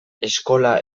eskola